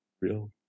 Real